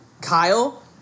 Kyle